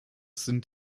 sind